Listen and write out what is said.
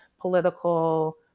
political